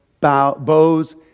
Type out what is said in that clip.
bows